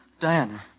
Diana